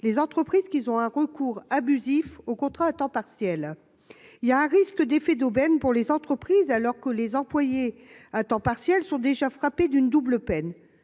des entreprises ayant un recours abusif aux contrats à temps partiel. Il y a un risque d'effet d'aubaine, alors que les employés à temps partiel sont déjà frappés d'une double peine